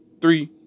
three